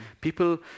people